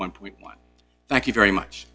one point one thank you very much